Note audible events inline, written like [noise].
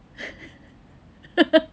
[laughs]